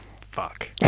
Fuck